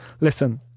listen